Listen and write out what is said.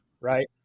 right